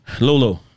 Lolo